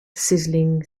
sizzling